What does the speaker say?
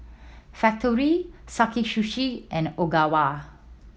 Factorie Sakae Sushi and Ogawa